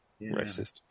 Racist